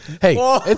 Hey